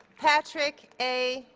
patrick a.